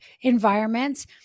environments